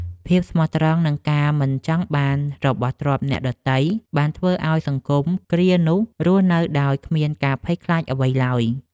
ភាពស្មោះត្រង់ និងការមិនចង់បានរបស់ទ្រព្យអ្នកដទៃ បានធ្វើឱ្យសង្គមគ្រានោះរស់នៅដោយគ្មានការភ័យខ្លាចអ្វីឡើយ។